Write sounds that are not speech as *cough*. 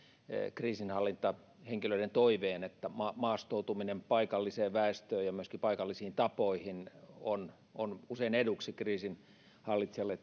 kriisinhallintahenkilöiden toiveen että maastoutuminen paikalliseen väestöön ja myöskin paikallisiin tapoihin on on usein eduksi kriisinhallitsijalle *unintelligible*